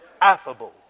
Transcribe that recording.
Affable